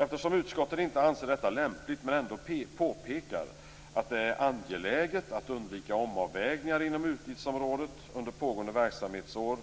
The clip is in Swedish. Eftersom utskottet inte anser detta lämpligt men ändå påpekar att det är "angeläget att undvika omavvägningar inom utgiftsområdet under pågående verksamhetsår"